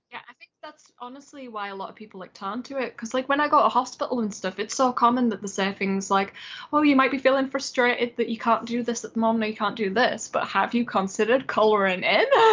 yeah, i think that's honestly why a lot of people like turn to it cause like when i got a hospital and stuff it's so common that they say things like oh, you might be feeling frustrated that you can't do this at the moment, you can't do this but have you considered coloring in?